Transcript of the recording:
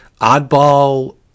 oddball